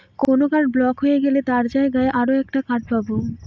কোন card block হয়ে গেলে তার জায়গায় আর একটা কার্ড পাবো